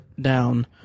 down